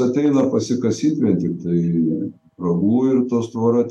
ateina pasikasyt vien tiktai ragų ir tos tvora